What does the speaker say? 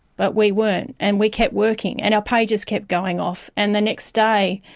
but we weren't and we kept working, and our pagers kept going off. and the next day,